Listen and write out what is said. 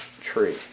tree